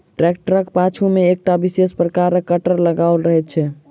ट्रेक्टरक पाछू मे एकटा विशेष प्रकारक कटर लगाओल रहैत छै